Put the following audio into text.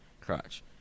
crotch